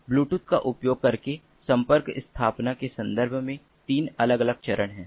Bluetooth का उपयोग करके संपर्क स्थापना के संदर्भ में 3 अलग अलग चरण हैं